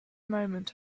moment